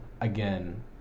again